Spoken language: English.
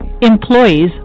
Employees